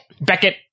Beckett